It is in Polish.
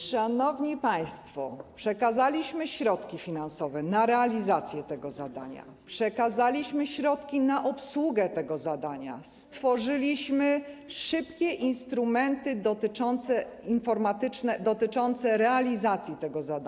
Szanowni państwo, przekazaliśmy środki finansowe na realizację tego zadania, przekazaliśmy środki na obsługę tego zadania, stworzyliśmy szybkie instrumenty informatyczne dotyczące realizacji tego zadania.